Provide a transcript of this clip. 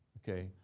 okay?